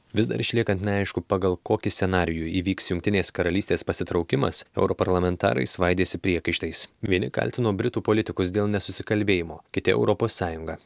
vis dar išliekat neaišku pagal kokį scenarijų įvyks jungtinės karalystės pasitraukimas europarlamentarai svaidėsi priekaištais vieni kaltino britų politikus dėl nesusikalbėjimo kiti europos sąjungą